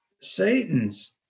Satan's